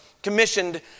commissioned